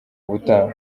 ubutaha